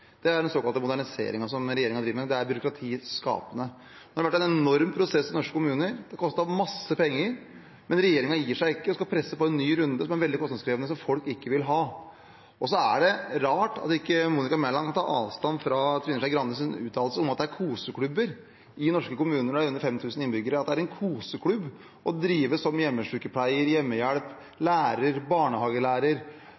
Det er den såkalte moderniseringen som regjeringen driver med, det er byråkratiskapende. Det har vært en enorm prosess i norske kommuner, det har kostet masse penger, men regjeringen gir seg ikke – de skal presse på med en ny runde som er veldig kostnadskrevende, og som folk ikke vil ha. Og så er det rart at ikke Monica Mæland kan ta avstand fra Trine Skei Grandes uttalelse om at det er koseklubber i norske kommuner når det er under 5 000 innbyggere, og at det er en koseklubb å drive som